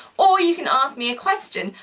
or you can ask me a question.